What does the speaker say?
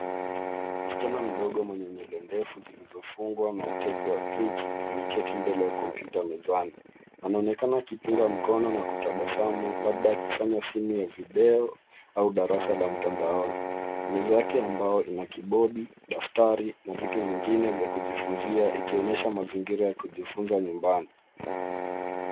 Msichana mdogo mwenye nywele ndefu zilizofungwa na utepe wa pinki ameketi mbele ya kompyuta mezani. Anaonekana akipunga mkono na kutabasamu labda akifanya simu ya video au darasa la mtandaoni .Meza yake ya mbao ina kibodi, daftari na vitu vingine vya kujifunzia ikionyesha mazingira ya kujifunza nyumbani.